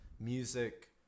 music